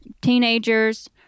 teenagers